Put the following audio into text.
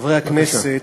חברי הכנסת,